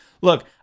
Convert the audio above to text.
Look